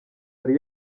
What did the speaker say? yari